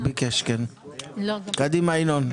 קדימה, ינון.